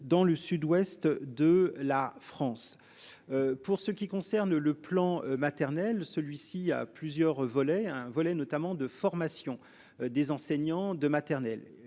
dans le Sud-Ouest de la France. Pour ce qui concerne le plan maternelle celui-ci à plusieurs volets, un volet notamment de formation des enseignants de maternelle